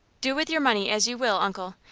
do with your money as you will, uncle.